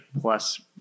plus